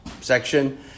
section